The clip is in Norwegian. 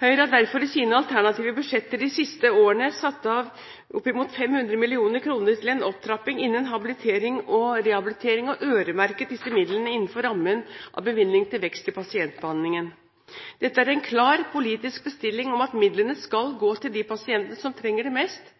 Høyre har derfor i sine alternative budsjetter de siste årene satt av oppimot 500 mill. kr til en opptrapping innen habilitering og rehabilitering og øremerket disse midlene innenfor rammen av bevilgningen til vekst i pasientbehandlingen. Dette er en klar politisk bestilling om at midlene skal gå til de pasientene som trenger det mest.